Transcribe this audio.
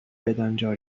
بدانجا